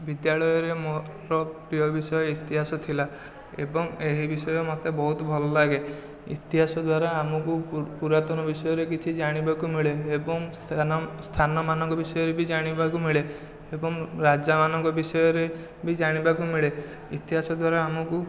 ବିଦ୍ୟାଳୟରେ ମୋର ପ୍ରିୟ ବିଷୟ ଇତିହାସ ଥିଲା ଏବଂ ଏହି ବିଷୟ ମୋତେ ବହୁତ ଭଲଲାଗେ ଇତିହାସ ଦ୍ଵାରା ଆମକୁ ପୁରାତନ ବିଷୟରେ କିଛି ଜାଣିବାକୁ ମିଳେ ଏବଂ ସ୍ଥାନମାନଙ୍କ ବିଷୟରେ ବି ଜାଣିବାକୁ ମିଳେ ଏବଂ ରାଜାମାନଙ୍କ ବିଷୟରେ ବି ଜାଣିବାକୁ ମିଳେ ଇତିହାସ ଦ୍ୱାରା ଆମକୁ